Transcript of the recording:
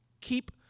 Keep